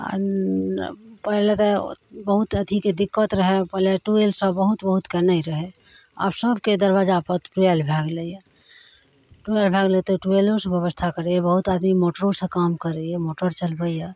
आओर ओ अँ पहिले तऽ बहुत अथीके दिक्कत रहै पहिले ट्यूबवेल सब बहुत बहुतके नहि रहै आब सभके दरबज्जापर ट्यूबवेल भए गेलैए ट्यूबवेल भए गेलै तऽ ट्यूबवेलोसे बेबस्था करैए बहुत आदमी मोटरोसे काम करैए मोटर चलबैए